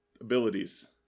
abilities